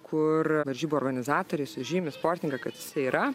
kur varžybų organizatoriai sužymi sportininką kad jisai yra